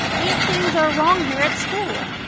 eight things are wrong here at school.